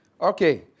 Okay